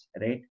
right